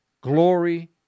glory